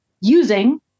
using